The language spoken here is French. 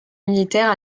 militaire